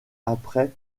après